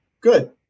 Good